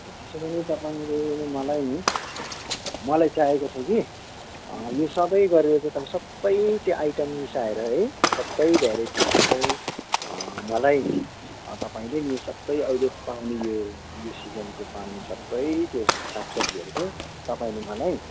त्यसो भने तपाईँले मलाई नि मलाई चाहिएको छ कि यो सबै गरेर चाहिँ तपाईँ सबै त्यो आइटम मिसाएर है सबै भेराइटिजको चाहिँ मलाई तपाईँले यो सबै अहिले पाउने यो यो सिजनको पाउने सबै त्यो सागसब्जीहरू चाहिँ तपाईँले मलाई